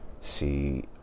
see